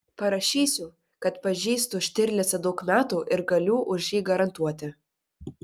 parašysiu kad pažįstu štirlicą daug metų ir galiu už jį garantuoti